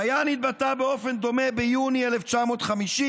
דיין התבטא באופן דומה ביוני 1950,